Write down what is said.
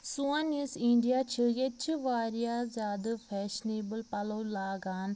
سون یُس اِنٛڈیا چھُ ییٚتہِ چھِ واریاہ زیادٕ فیشنیبٕل پَلوٚو لاگان